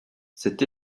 c’est